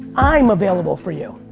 i'm available for you.